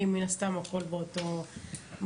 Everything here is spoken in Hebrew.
כי מן הסתם הכול מאותו מקום.